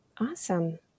Awesome